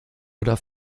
oder